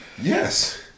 Yes